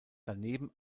daneben